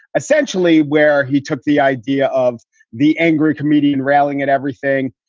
essentially, where he took the idea of the angry comedian rallying and everything,